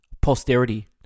Posterity